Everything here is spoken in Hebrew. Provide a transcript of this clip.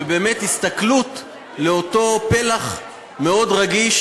ובאמת הסתכלות אל אותו פלח מאוד רגיש,